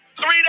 three